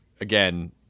again